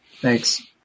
Thanks